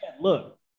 Look